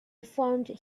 formed